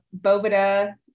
Bovida